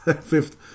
Fifth